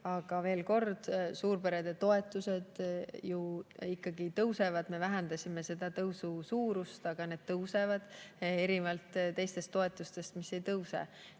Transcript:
aga veel kord: suurperede toetused ju ikkagi tõusevad. Me vähendasime seda tõusu suurust, aga need tõusevad erinevalt teistest toetustest, mis ei tõuse.